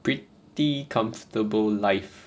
pretty comfortable life